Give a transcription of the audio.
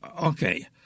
Okay